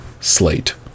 Slate